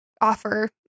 offer